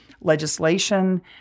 legislation